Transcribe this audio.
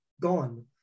gone